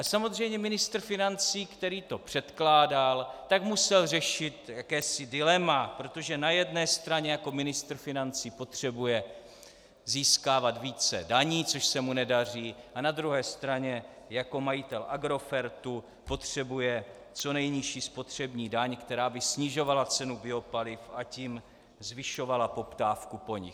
Samozřejmě ministr financí, který to předkládal, musel řešit jakési dilema, protože na jedné straně jako ministr financí potřebuje získávat více daní, což se mu nedaří, a na druhé straně jako majitel Agrofertu potřebuje co nejnižší spotřební daň, která by snižovala cenu biopaliv, a tím zvyšovala poptávku po nich.